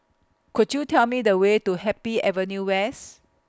Could YOU Tell Me The Way to Happy Avenue West